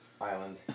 island